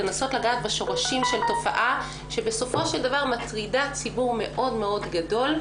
לנסות לגעת בשורשים של תופעה שבסופו של דבר מטרידה ציבור מאוד גדול,